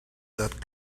that